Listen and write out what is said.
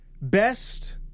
Best